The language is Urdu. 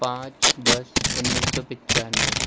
پانچ دس انیس سو پچانوے